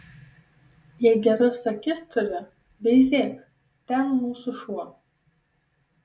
jei geras akis turi veizėk ten mūsų šuo